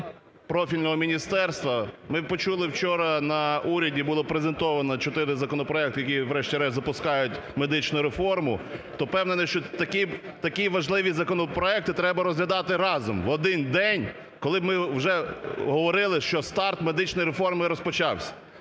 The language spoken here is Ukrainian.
профільного міністерства. Ми почули вчора на уряді, було презентовано чотири законопроекти, які врешті-решт запускають медичну реформу. То, впевнений, що такі важливі законопроекти треба розглядати разом, в один день, коли ми вже говорили, що старт медичної реформи розпочався.